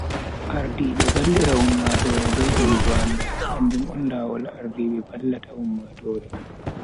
Ardiibe vallira ummatoore be hebugo andaal, kanjum on lawol ardiibe valllata ummatoore.